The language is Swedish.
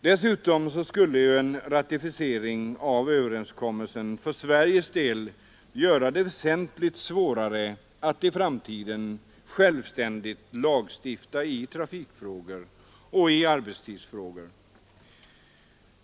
Dessutom skulle en ratificering av överenskommelsen för Sveriges del göra det väsentligt svårare att i framtiden självständigt lagstifta i trafikfrågor och i arbetstidsfrågor.